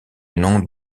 nom